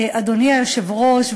אדוני היושב-ראש.